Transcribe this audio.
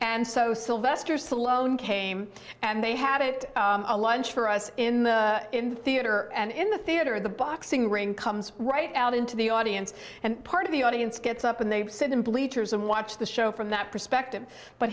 and so sylvester stallone came and they had it a lunch for us in the theater and in the theater the boxing ring comes right out into the audience and part of the audience gets up and they sit in bleachers and watch the show from that perspective but